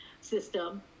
system